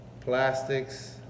plastics